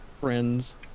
friends